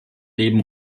leben